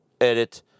edit